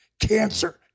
cancer